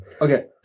okay